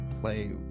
play